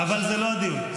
אבל זה לא הדיון.